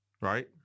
right